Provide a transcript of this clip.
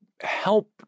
help